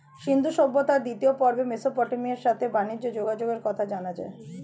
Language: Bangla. সিন্ধু সভ্যতার দ্বিতীয় পর্বে মেসোপটেমিয়ার সাথে বানিজ্যে যোগাযোগের কথা জানা যায়